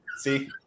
see